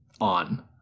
on